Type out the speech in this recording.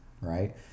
right